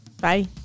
Bye